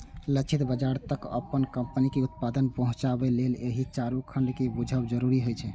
लक्षित बाजार तक अपन कंपनीक उत्पाद पहुंचाबे लेल एहि चारू खंड कें बूझब जरूरी होइ छै